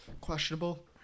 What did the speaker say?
questionable